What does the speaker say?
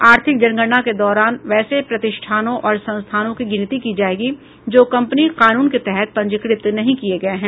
आर्थिक जनगणना के दौरान वैसे प्रतिष्ठानों और संस्थानों की गिनती की जायेगी जो कंपनी कानून के तहत पंजीकृत नहीं किये गये हैं